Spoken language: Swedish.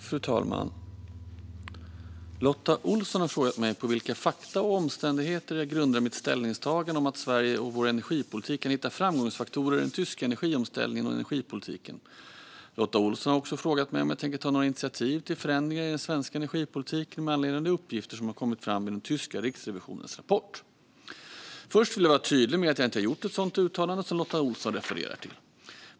Fru talman! har frågat mig på vilka fakta och omständigheter jag grundar mitt ställningstagande om att Sverige och vår energipolitik kan hitta framgångsfaktorer i den tyska energiomställningen och energipolitiken. Lotta Olsson har också frågat mig om jag tänker ta några initiativ till förändringar i den svenska energipolitiken med anledning av de uppgifter som har kommit fram i den tyska riksrevisionens rapport. Först vill jag vara tydlig med att jag inte gjort något sådant uttalande som Lotta Olsson refererar till.